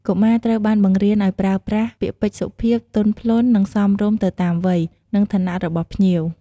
កុមារត្រូវបានបង្រៀនឲ្យប្រើប្រាស់ ពាក្យពេចន៍សុភាព ទន់ភ្លន់ និងសមរម្យទៅតាមវ័យ និងឋានៈរបស់ភ្ញៀវ។